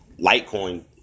Litecoin